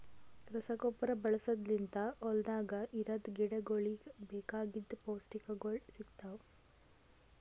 ರಸಗೊಬ್ಬರ ಬಳಸದ್ ಲಿಂತ್ ಹೊಲ್ದಾಗ ಇರದ್ ಗಿಡಗೋಳಿಗ್ ಬೇಕಾಗಿದ್ ಪೌಷ್ಟಿಕಗೊಳ್ ಸಿಗ್ತಾವ್